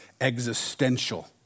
existential